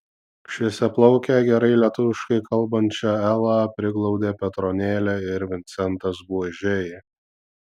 šviesiaplaukę gerai lietuviškai kalbančią elą priglaudė petronėlė ir vincentas buožiai